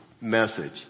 message